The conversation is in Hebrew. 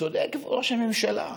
צודק ראש הממשלה,